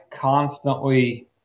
constantly